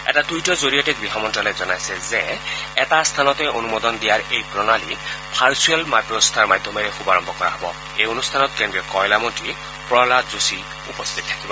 এটা টুইটৰ জৰিয়তে গৃহ মন্তালয়ে জনাইছে যে এটা স্থানতে অনুমোদন দিয়াৰ এই প্ৰণালী ভাৰ্চুৱেল ব্যৱস্থাৰ মাধ্যমেৰে শুভাৰম্ভ কৰা হব আৰু এই অনুষ্ঠানত কেন্দ্ৰীয় কয়লামন্ত্ৰী প্ৰহ্লাদ যোশী উপস্থিত থাকিব